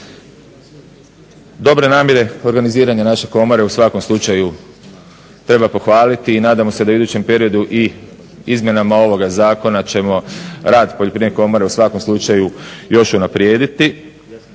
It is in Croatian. Dobre namjere organiziranja naše komore u svakom slučaju treba pohvaliti i nadamo se u idućem periodu i izmjenama ovoga Zakona ćemo rad Poljoprivredne komore u svakom slučaju još unaprijediti.